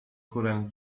chórem